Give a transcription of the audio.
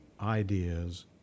ideas